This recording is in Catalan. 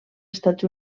estats